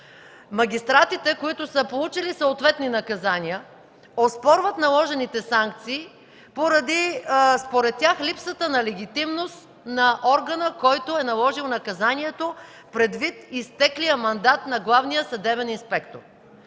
магистратите, получили съответни наказания, оспорват наложените санкции поради според тях липсата на легитимност на органа, който е наложил наказанието, предвид изтеклия мандат на главния съдебен инспектор.